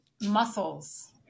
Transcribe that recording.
muscles